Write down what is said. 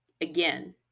again